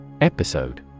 Episode